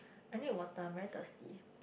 I need water I'm very thirsty